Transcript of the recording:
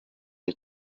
cyo